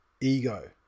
ego